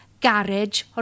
garage